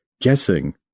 guessing